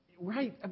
right